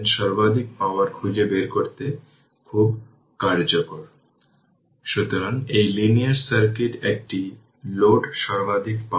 তাই অনেকেই এর জন্য 30টি উদাহরণ ব্যাখ্যা করেছেন মানে এটি হল এটি একটি খুব দীর্ঘ প্রক্রিয়া